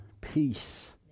peace